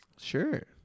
Sure